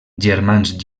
germans